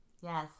Yes